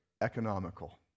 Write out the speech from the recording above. economical